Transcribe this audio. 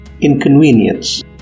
inconvenience